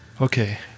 Okay